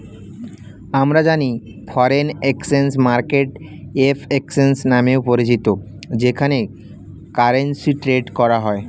আমরা জানি foreign exchange market FX নামেও পরিচিত যেখানে কারেন্সি ট্রেড করা হয়